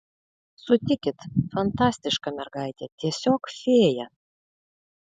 sutikit fantastiška mergaitė tiesiog fėja